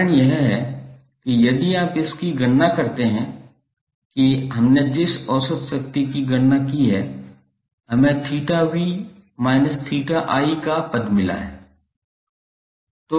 कारण यह है कि यदि आप इसकी गणना करते हैं कि हमने जिस औसत शक्ति की गणना की है हमें theta v minus theta i का पद मिला है